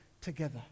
together